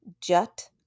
jut